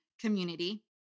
community